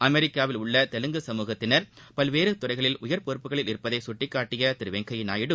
அமெரிக்காவில் உள்ளதெலுங்கு சமூகத்தினர் பல்வேறுதுறைகளில் உயர் பொறுப்புகளில் இருப்பதைகட்டிக்காட்டியதிருவெங்கையநாயுடு